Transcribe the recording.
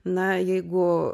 na jeigu